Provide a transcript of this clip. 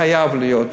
חייב להיות.